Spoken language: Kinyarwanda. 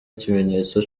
ikimenyetso